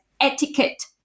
etiquette